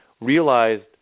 realized